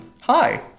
Hi